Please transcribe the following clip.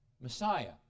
Messiah